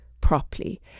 properly